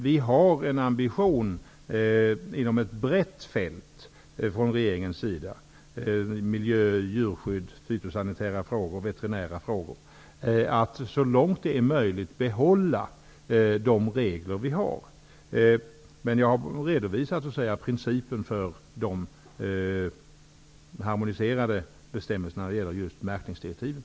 Vi har från regeringens sida en ambition inom ett brett fält -- miljö, djurskydd, veterinära frågor, osv. -- att så långt det är möjligt behålla de regler som vi har. Men jag har redovisat principen för de harmoniserade bestämmelserna när det gäller just märkningsdirektiven.